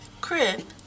Crib